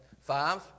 five